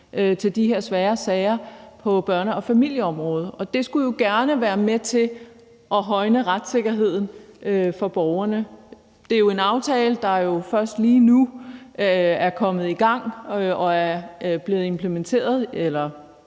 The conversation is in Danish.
til de her svære sager på børne- og familieområdet. Og det skulle gerne være med til at højne retssikkerheden for borgerne. Det er jo en aftale, som først lige nu er kommet i gang og er blevet implementeret.